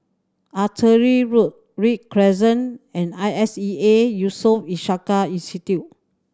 Artillery Road Read Crescent and I S E A Yusof Ishak Institute